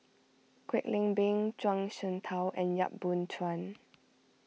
Kwek Leng Beng Zhuang Shengtao and Yap Boon Chuan